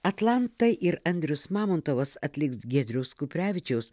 atlanta ir andrius mamontovas atliks giedriaus kuprevičiaus